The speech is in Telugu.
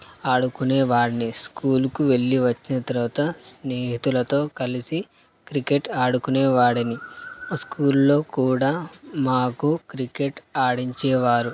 ఆడుకునే వాడ్ని స్కూల్కి వెళ్ళి వచ్చిన తర్వాత స్నేహితులతో కలిసి క్రికెట్ ఆడుకునే వాడిని స్కూల్లో కూడా మాకు క్రికెట్ ఆడించేవారు